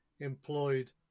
employed